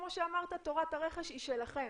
כמו שאמרת תורת הרכש היא שלכם.